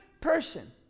person